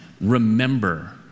Remember